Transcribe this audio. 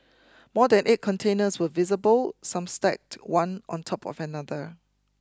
more than eight containers were visible some stacked one on top of another